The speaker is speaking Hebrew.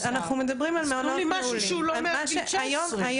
אז תנו לי משהו שהוא לא מעל גיל 16. אנחנו מדברים על מעונות נעולים.